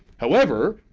however,